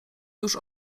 tuż